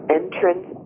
entrance